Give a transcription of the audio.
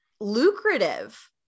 lucrative